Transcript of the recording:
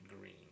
green